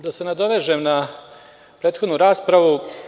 Da se nadovežem na prethodnu raspravu.